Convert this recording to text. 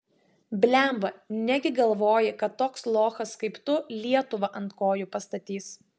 blemba negi galvoji kad toks lochas kaip tu lietuvą ant kojų pastatys